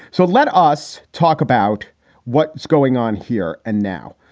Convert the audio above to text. so let us talk about what is going on here and now.